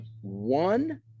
one